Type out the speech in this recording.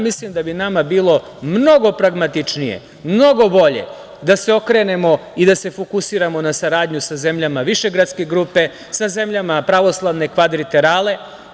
Mislim da bi nama bilo mnogo pragmatičnije, mnogo bolje da se okrenemo i da se fokusiramo na saradnju sa zemljama Višegradske grupe, sa zemljama „Pravoslavne kvadrilaterale.